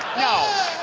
no.